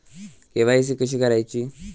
KYC कशी करायची?